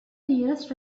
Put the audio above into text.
nearest